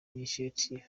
initiative